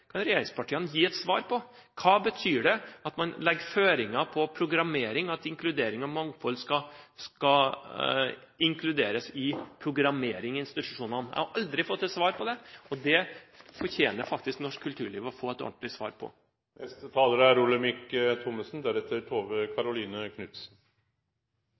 Kan regjeringspartiene gi et svar på hva det betyr at man legger føringer på programmering, og at inkludering og mangfold skal inkluderes i programmering av institusjonene? Jeg har aldri fått et svar på det, og det fortjener faktisk norsk kulturliv å få et ordentlig svar